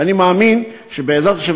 ואני מאמין שבעזרת השם,